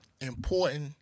important